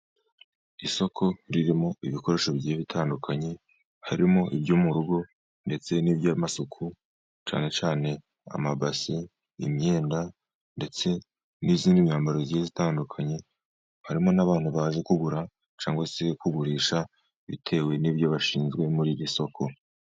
Isoko ririmo ibikoresho bigiye bitandukanye. Harimo ibyo mu rugo, ndetse n'iby'amasuku cyane cyane: amabasi, imyenda, ndetse n'indi myambaro myiza itandukanye. Harimo n'abantu baje kugura, cyangwa se kugurisha bitewe n'ibyo bashinzwe muri iri soko.